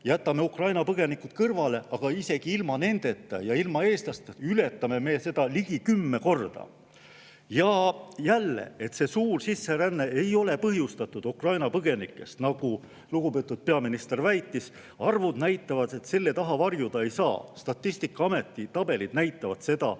jälle Ukraina põgenikud kõrvale, isegi ilma nendeta ja ilma eestlasteta ületame me seda ligi kümme korda. Ja jälle, see suur sisseränne ei ole põhjustatud Ukraina põgenikest, nagu lugupeetud peaminister väitis. Arvud näitavad, et selle taha varjuda ei saa. Statistikaameti tabelid näitavad,